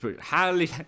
highly